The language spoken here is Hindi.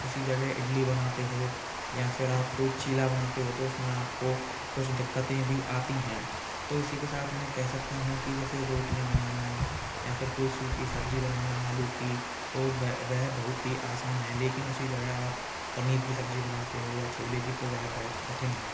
उसी जगह इडली बनाते हो या फ़िर आप कोई चीला बनाते हो तो उसमें आपको कुछ दिक्कतें भी आती हैं तो इसी के साथ मैं कहे सकता हूँ कि जैसे रोटियाँ बनाना या फ़िर कोई सूखी सब्ज़ी बनाना आलू की तो वह बहुत ही आसान है लेकिन उसी जगह आप पनीर की सब्ज़ी बनाते हो या छोले की तो वह बहुत कठिन है